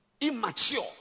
immature